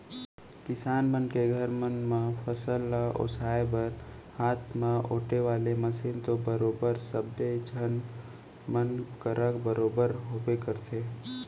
किसान मन के घर मन म फसल ल ओसाय बर हाथ म ओेटे वाले मसीन तो बरोबर सब्बे झन मन करा बरोबर होबे करथे